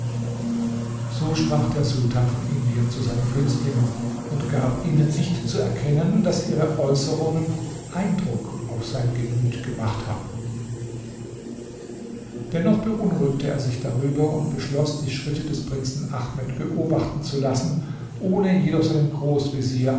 so sprach der sultan von indien zu seinen günstlingen und gab ihnen nicht zu erkennen daß ihre äußerungen eindruck auf sein gemüt gemacht hatten dennoch beunruhigte er sich darüber und beschloß die schritte des prinzen ahmed beobachten zu lassen ohne jedoch seinem großvezier